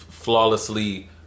Flawlessly